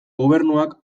gobernuak